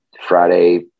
Friday